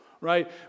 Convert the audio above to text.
right